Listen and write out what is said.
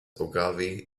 ogilvy